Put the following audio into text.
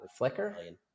Flickr